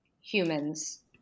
humans